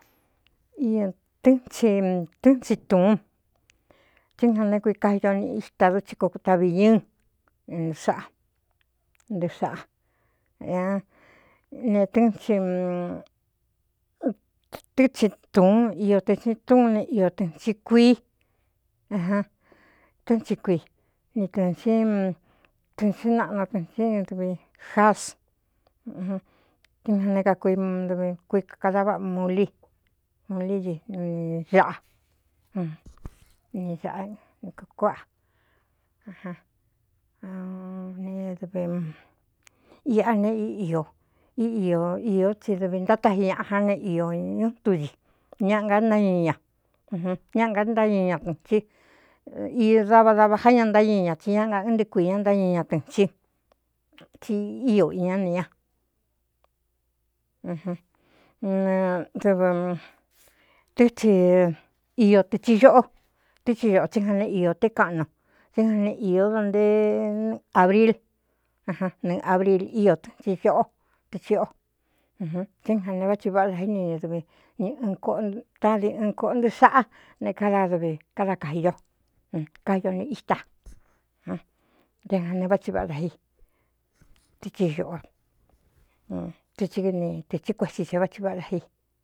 Otɨ́ɨn tsitɨ́ꞌɨn tsi tūún tsɨ ja neé kui kaido nꞌ ita du tsí kooutavi ñɨ́ɨn ɨnt saꞌa ntɨ sāꞌa ña netɨ́ɨntɨ tsi tūun iō tɨtsɨ túun ne iō tɨ̄ꞌn tsi kuií n tɨ́n tsi kuii ni tɨ̄ɨnsi tɨꞌɨn tsí naꞌnu tɨ̄ntsí duvi jaasntɨn jan né kakuimndvi kui kkada váꞌa mu lí mulí i n caꞌan ꞌakkuáꞌaan nedvi iꞌa ne io í ō ió tsi dɨvi ntátai ñaꞌa já ne iō ñú tudi ñaꞌa ga ntáñ ña n ñáꞌa gantáñɨ ña tɨ̄n tsí i davada vajá ña ntáñɨ ña tsi ñá nga ɨn ntɨɨ kuiī ña ntáñɨɨ ña tɨ̄ꞌɨn sí tsí ío iñá ni ña nnɨdv tɨ́ tsi iō tɨ̄ tsi ñoꞌó tɨ́ tsi ñoꞌo tsí jan ne iō té kaꞌnu tsí jane īó do nteénɨɨ abril n nɨɨ abril ío tɨn tsi ꞌo tɨ tsio n tsí jan ne vá tsi váꞌá da íni ni dvi nɨ koꞌtádi ɨɨn kōꞌo ntɨɨ saꞌá ne kádaa dɨvi káda kaji ño kaido ni itan té jan ne vá tsi váꞌá da i tɨtsi ñoꞌotɨ tsi ɨ ni tɨ̄tsɨn kuetsi te vá tsi váꞌá da i.